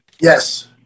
Yes